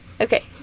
Okay